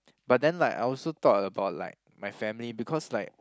but then like I also thought about like my family because like